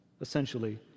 essentially